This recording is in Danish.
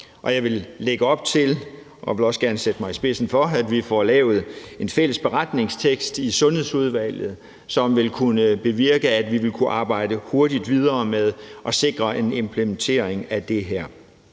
Jeg vil lægge op til og også gerne sætte mig i spidsen for, at vi får lavet en fælles beretningstekst i Sundhedsudvalget, som vil kunne kan bevirke, at vi vil kunne arbejde hurtigt videre med at sikre en implementering af det her.